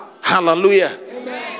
Hallelujah